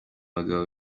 abagabo